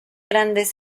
grandes